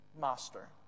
master